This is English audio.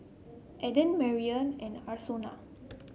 Enid Merrily and Arsenio